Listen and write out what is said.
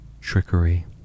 trickery